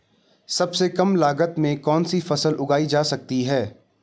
सबसे कम लागत में कौन सी फसल उगाई जा सकती है